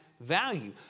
value